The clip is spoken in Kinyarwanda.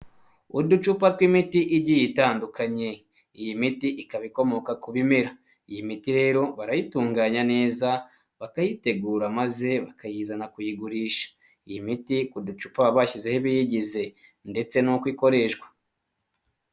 Uducupa tw'imiti igiye itandukanye, iyi miti ikaba ikomoka ku bimera iyi miti rero barayitunganya neza bakayitegura, maze bakayizana kuyigurisha. Iyi miti uducupa bashyizeho ibiyigize ndetse n'uko ikoreshwa.